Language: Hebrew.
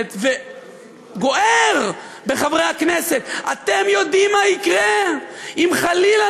הכנסת וגוער בחברי הכנסת: אתם יודעים מה יקרה אם חלילה